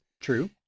True